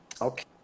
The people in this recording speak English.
Okay